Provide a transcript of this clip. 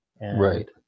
Right